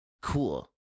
Cool